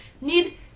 need